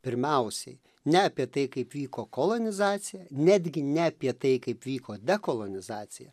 pirmiausiai ne apie tai kaip vyko kolonizacija netgi ne apie tai kaip vyko dekolonizacija